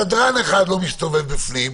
סדרן אחד לא מסתובב בפנים.